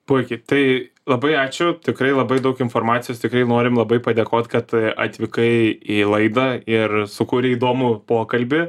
puikiai tai labai ačiū tikrai labai daug informacijos tikrai norim labai padėkot kad atvykai į laidą ir sukūrei įdomų pokalbį